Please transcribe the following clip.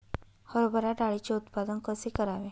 हरभरा डाळीचे उत्पादन कसे करावे?